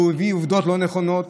והוא הביא עובדות לא נכונות.